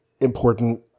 important